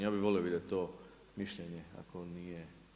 Ja bih volio vidjeti to mišljenje ako nije.